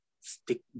stick